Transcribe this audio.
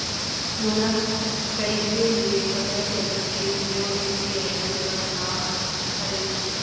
मोला कइसे ले पता चलही के मोर यू.पी.आई नंबर का हरे?